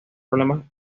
problemas